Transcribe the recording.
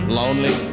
lonely